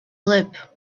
lip